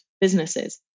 businesses